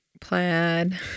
plaid